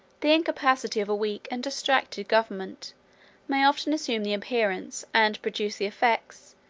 the incapacity of a weak and distracted government may often assume the appearance, and produce the effects,